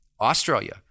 Australia